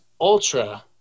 ultra